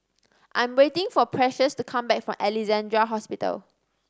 I'm waiting for Precious to come back from Alexandra Hospital